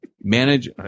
manage